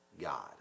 God